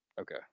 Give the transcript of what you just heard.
Okay